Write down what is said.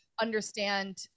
understand